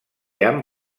han